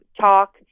talk